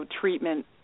treatment